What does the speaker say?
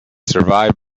survived